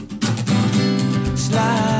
Slide